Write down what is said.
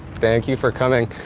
thank you for coming.